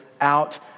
out